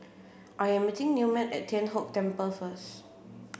I am meeting Newman at Tian Kong Temple first